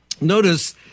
Notice